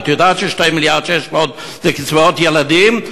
את יודעת ש-2.6 מיליארד זה קצבאות ילדים,